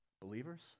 believers